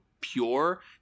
pure